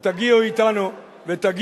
מה עם ותגיעו אתנו לבית-המשפט.